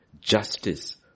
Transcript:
justice